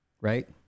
Right